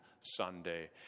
Sunday